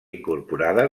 incorporada